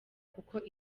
kuko